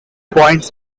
points